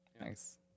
nice